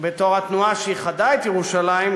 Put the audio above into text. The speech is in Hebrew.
בתור התנועה שאיחדה את ירושלים,